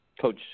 Coach